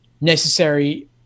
necessary